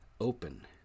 open